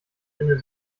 einer